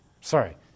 sorry